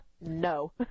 No